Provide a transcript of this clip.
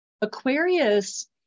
Aquarius